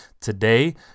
today